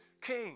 king